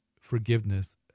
forgiveness